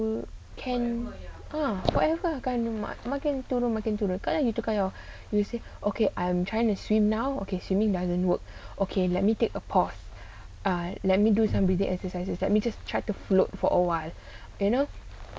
you can ah whatever makin turun makin turun kalau you tukar your you will say okay I'm trying to swim now okay swimming doesn't work okay let me take a path I let me do some breathing exercises that me just tried to float for a while you know